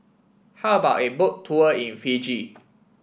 how about a Boat Tour in Fiji